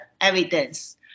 evidence